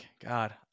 God